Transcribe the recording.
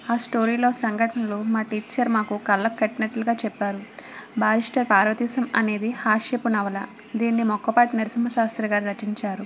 ఆ స్టోరీలో సంఘటనలు మా టీచర్ మాకు కళ్ళకు కట్టినట్లుగా చెప్పారు బారిష్టరు పార్వతీశం అనేది హాస్యపు నవల దీన్ని మొక్కపాటి నరసింహశాస్త్రి గారు రచించారు